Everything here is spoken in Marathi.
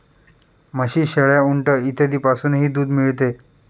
म्हशी, शेळ्या, उंट इत्यादींपासूनही दूध मिळते